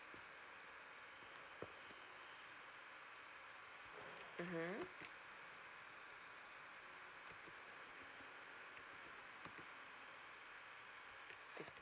mmhmm